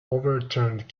overturned